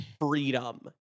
freedom